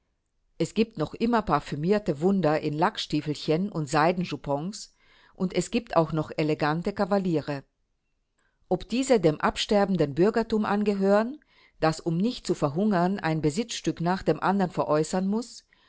es gibt noch immer parfümierte wunder in lackstiefelchen und seidenjupons und es gibt auch noch elegante kavaliere ob diese dem absterbenden bürgertum angehören das um nicht zu verhungern ein besitzstück nach dem andern veräußern muß